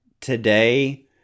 today